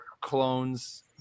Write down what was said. clones